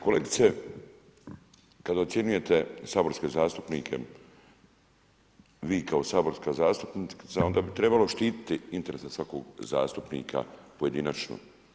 Kolegice, kada ocjenjujete saborske zastupnike, vi kao saborska zastupnica, onda bi trebalo štititi interese svakog zastupnika pojedinačno.